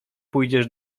pójdziesz